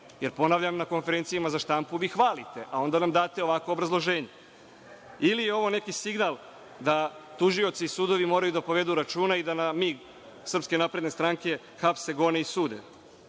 Jer, ponavljam, na konferencijama za štampu vi hvalite, a onda nam date ovakvo obrazloženje. Ili je ovo neki signal da tužioci i sudovi moraju da povedu računa i da na mig SNS hapse, gone i